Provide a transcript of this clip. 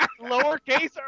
lowercase